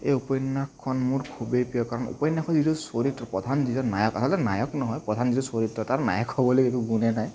এই উপন্য়াসখন মোৰ খুবেই প্ৰিয় কাৰণ উপন্য়াসখনৰ যিটো চৰিত্ৰ প্ৰধান যিজন নায়ক আচলতে নায়ক নহয় প্ৰধান যিটো চৰিত্ৰ তাৰ নায়ক হ'বলৈ একো গুণেই নাই